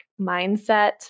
mindset